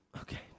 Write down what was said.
Okay